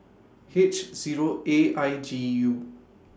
H Zero A I G U